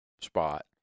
spot